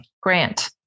Grant